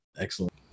Excellent